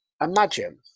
imagine